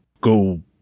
go